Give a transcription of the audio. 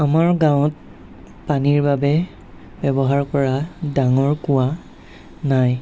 আমাৰ গাঁৱত পানীৰ বাবে ব্যৱহাৰ কৰা ডাঙৰ কুঁৱা নাই